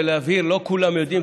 ולהבהיר: לא כולם יודעים,